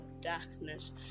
darkness